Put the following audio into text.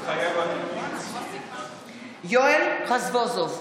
מתחייב אני יואל רזבוזוב,